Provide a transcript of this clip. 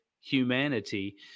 humanity